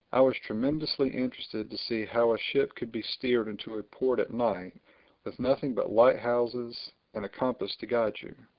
i was tremendously interested to see how a ship could be steered into a port at night with nothing but light-houses and a compass to guide you.